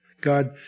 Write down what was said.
God